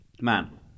man